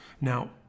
Now